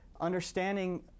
understanding